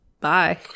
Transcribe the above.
bye